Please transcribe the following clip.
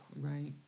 right